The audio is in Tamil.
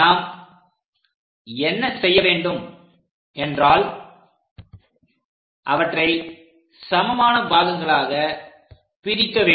நாம் என்ன செய்யவேண்டும் என்னவென்றால் அவற்றை சமமான பாகங்களாக பிரிக்க வேண்டும்